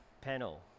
Panel